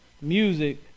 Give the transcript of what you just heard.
Music